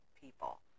people